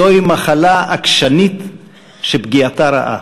זוהי מחלה עקשנית שפגיעתה רעה.